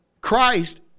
Christ